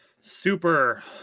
super